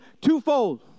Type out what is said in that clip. twofold